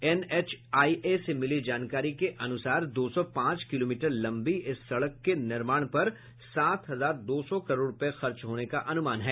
NHIA से मिली जानकारी के अनुसार दो सौ पांच किलोमीटर लंबी इस सड़क के निर्माण पर सात हजार दो सौ करोड़ रूपये खर्च होने का अनुमान है